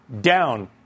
Down